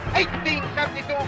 1872